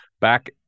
Back